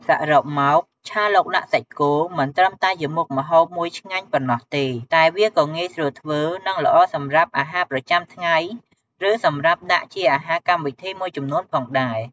សរុបមក ឆាឡុកឡាក់សាច់គោមិនត្រឹមតែជាមុខម្ហូបមួយឆ្ងាញ់ប៉ុណ្ណោះទេ តែវាក៏ងាយស្រួលធ្វើ និងល្អសម្រាប់អាហារប្រចាំថ្ងៃ ឬសម្រាប់ដាក់ជាអាហារកម្មវិធីមួយចំនួនផងដែរ។